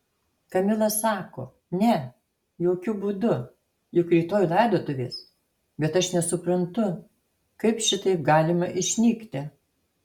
kamila sako ne jokiu būdu juk rytoj laidotuvės bet aš nesuprantu kaip šitaip galima išnykti